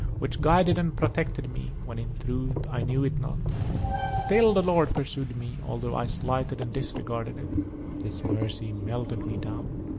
which guided and protected me when in truth i knew it not still the lord pursued me although i slighted and disregarded it this mercy melted me down.